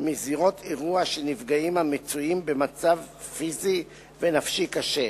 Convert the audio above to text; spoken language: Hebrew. מזירות אירוע של נפגעים המצויים במצב פיזי ונפשי קשה,